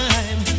Time